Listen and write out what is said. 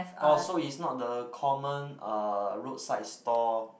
oh so it's not the common uh roadside store